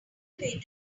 away